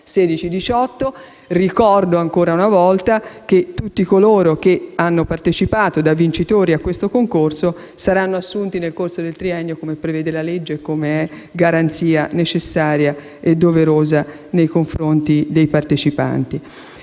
2016-2018. Ricordo ancora una volta che tutti coloro che hanno partecipato da vincitori a questo concorso saranno assunti nel corso del triennio, come prevede la legge e com'è garanzia necessaria e doverosa nei confronti dei partecipanti.